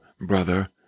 brother